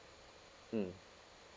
mm